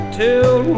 till